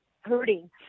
hurting